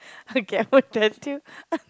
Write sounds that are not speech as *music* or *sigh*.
*laughs* okay I will you *laughs*